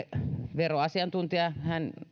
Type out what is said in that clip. veroasiantuntija